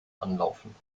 anlaufen